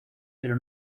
pero